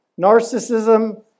narcissism